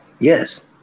yes